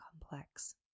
complex